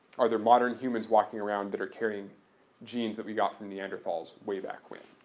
are there modern humans walking around that are carrying genes that we got from neanderthals way back when?